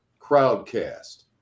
crowdcast